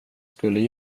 skulle